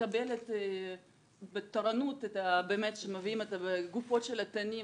מקבלת בתורנות באמת כשמביאים את הגופות של התנים,